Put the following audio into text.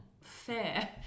fair